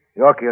Yorkie